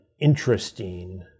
interesting